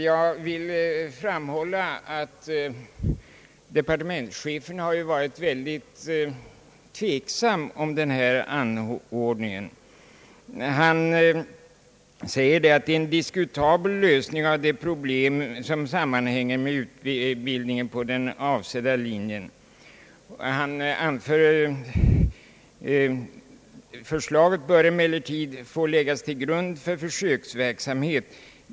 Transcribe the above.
Jag vill framhålla att departementschefen har varit mycket tveksam beéeträffande den föreslagna ånordningen. Han säger att vikariatstjänstgöringen är en diskutabel lösning av de problem som sammanhänger med utbildningen på den avsedda linjen. Han fortsätter: »Förslaget bör emellertid få läggas till grund för försöksverksamhet.